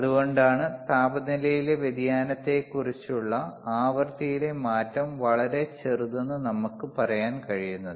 അതുകൊണ്ടാണ് താപനിലയിലെ വ്യതിയാനത്തെക്കുറിച്ചുള്ള ആവൃത്തിയിലെ മാറ്റം വളരെ ചെറുതെന്ന് നമുക്ക് പറയാൻ കഴിയുന്നത്